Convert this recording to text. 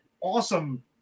awesome